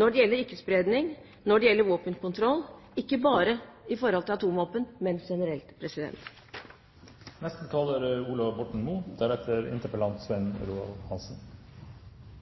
når det gjelder ikke-spredning, og når det gjelder våpenkontroll, ikke bare i forhold til atomvåpen, men generelt.